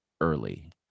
early